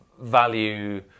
value